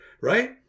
Right